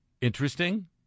interesting